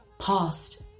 past